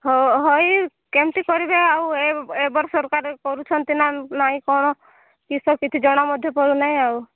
ହଇ କେମିତି କରିବେ ଆଉ ଏ ଏବର ସରକାର କରୁଛନ୍ତି ନା ନାଇ କ'ଣ କିସ କିଛି ଜଣା ମଧ୍ୟ ପଡ଼ୁ ନାହିଁ ଆଉ